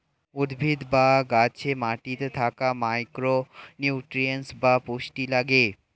উদ্ভিদ বা গাছে মাটিতে থাকা মাইক্রো নিউট্রিয়েন্টস বা পুষ্টি লাগে